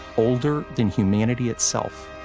older than humanity itself.